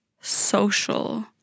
social